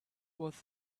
was